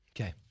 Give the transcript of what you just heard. Okay